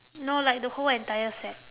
no like the whole entire set